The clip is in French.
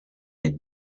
est